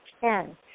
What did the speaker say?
ten